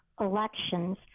elections